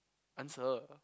answer